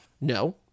No